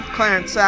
Clarence